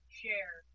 share